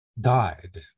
Died